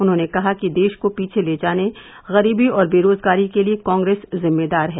उन्होंने कहा कि देश को पीछे ले जाने गरीबी और देरोजगारी के लिए कांग्रेस जिम्मेदार है